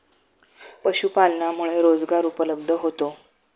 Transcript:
पशुपालनामुळे रोजगार उपलब्ध होतो